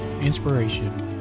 inspiration